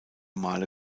male